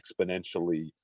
exponentially